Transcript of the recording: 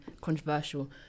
Controversial